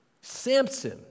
Samson